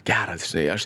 geras žinai aš